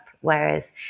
Whereas